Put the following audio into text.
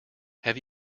have